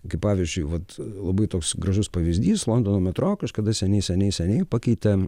kaip pavyzdžiui vat labai toks gražus pavyzdys londono metro kažkada seniai seniai seniai pakeitė